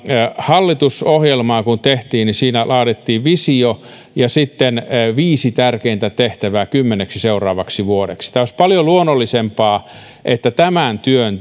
hallitusohjelmaa tehtiin siinä laadittiin visio ja sitten viisi tärkeintä tehtävää kymmeneksi seuraavaksi vuodeksi olisi paljon luonnollisempaa että tämän työn